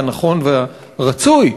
הנכון והרצוי,